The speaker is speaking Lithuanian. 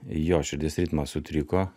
jo širdies ritmas sutriko